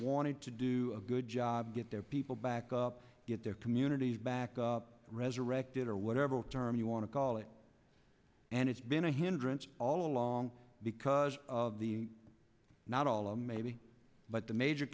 wanted to do a good job get their people back up get their communities back up resurrected or whatever term you want to call it and it's been a hindrance all along because of the not all of maybe but the major